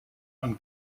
man